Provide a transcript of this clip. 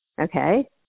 Okay